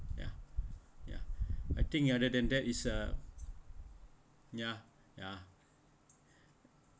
ya ya I think other than that is a ya ya